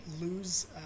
Lose